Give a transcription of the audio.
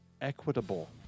equitable